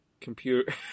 computer